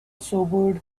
sobered